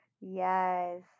Yes